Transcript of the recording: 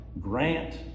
grant